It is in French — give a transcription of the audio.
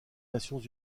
nations